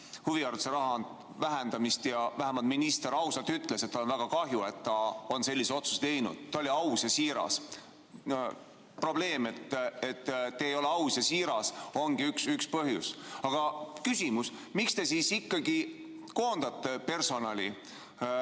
huvihariduse raha vähendamist ja vähemalt minister ausalt ütles, et tal on väga kahju, et ta on sellise otsuse teinud. Ta oli aus ja siiras. Probleem, et te ei ole aus ja siiras, ongi üks põhjusi. Aga küsimus: miks te siis ikkagi koondate personali,